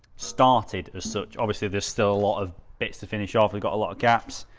started as such obviously, there's still a lot of bits to finish off. i got a lot of gaps.